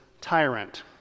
tyrant